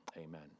amen